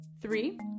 Three